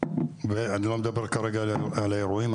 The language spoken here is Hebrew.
ואני לא מדבר כרגע על האירועים,